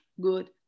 good